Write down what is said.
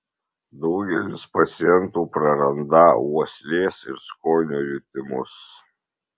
daugelis pacientų prarandą uoslės ir skonio jutimus